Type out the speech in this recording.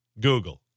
google